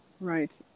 Right